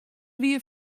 wie